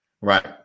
Right